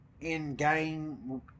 in-game